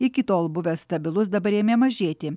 iki tol buvęs stabilus dabar ėmė mažėti